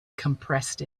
compressed